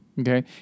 Okay